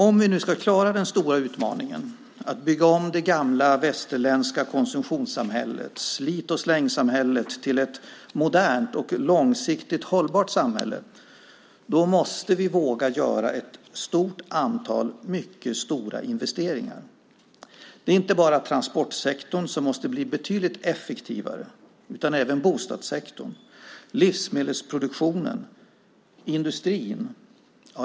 Om vi nu ska klara den stora utmaningen att bygga om det gamla västerländska konsumtionssamhället, slit-och-släng-samhället, till ett modernt och långsiktigt hållbart samhälle måste vi våga göra ett stort antal mycket stora investeringar. Det är inte bara transportsektorn som måste bli betydligt effektivare utan även bostadssektorn, livsmedelsproduktionen och industrin.